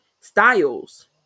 styles